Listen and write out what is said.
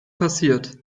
passiert